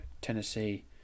Tennessee